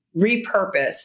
repurposed